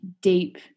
deep